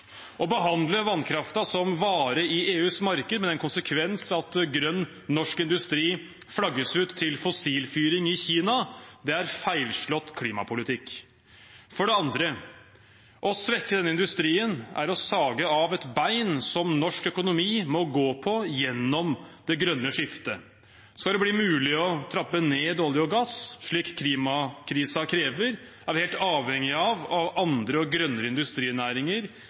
Å behandle vannkraften som vare i EUs marked med den konsekvens at grønn norsk industri flagges ut til fossilfyring i Kina, er feilslått klimapolitikk. For det andre: Å svekke denne industrien er å sage av et bein som norsk økonomi må gå på gjennom det grønne skiftet. Skal det bli mulig å trappe ned olje og gass, slik klimakrisen krever, er vi helt avhengig av andre og grønnere industrinæringer